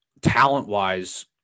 talent-wise